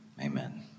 Amen